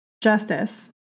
justice